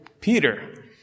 Peter